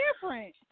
different